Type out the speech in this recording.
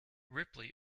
ripley